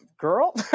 girl